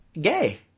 gay